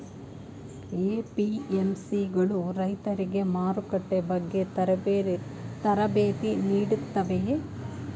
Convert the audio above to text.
APMC ಗಳು ರೈತರಿಗೆ ಮಾರುಕಟ್ಟೆ ಬಗ್ಗೆ ತರಬೇತಿ ನೀಡುತ್ತವೆಯೇ?